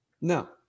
No